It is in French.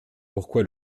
pourquoi